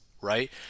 right